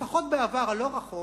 לפחות בעבר הלא-רחוק,